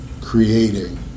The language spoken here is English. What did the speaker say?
creating